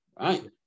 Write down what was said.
Right